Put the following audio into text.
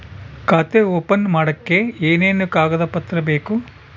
ಖಾತೆ ಓಪನ್ ಮಾಡಕ್ಕೆ ಏನೇನು ಕಾಗದ ಪತ್ರ ಬೇಕು?